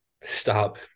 stop